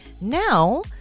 now